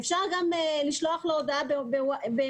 אפשר גם לשלוח לו הודעה במייל.